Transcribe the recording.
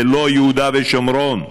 זה לא יהודה ושומרון,